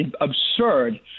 absurd